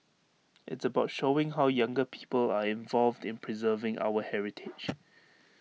it's about showing how younger people are involved in preserving our heritage